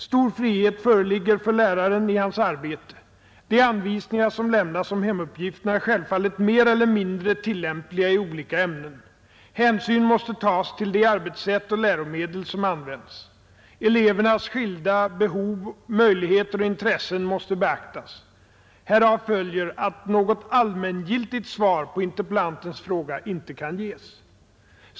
Stor frihet föreligger för läraren i hans arbete. De anvisningar som lämnas om hemuppgifterna är självfallet mer eller mindre tillämpliga i olika ämnen. Hänsyn måste tas till de arbetssätt och läromedel som används. Elevernas skilda behov, möjligheter och intressen måste beaktas. Härav följer att något allmängiltigt svar på interpellantens fråga inte kan ges.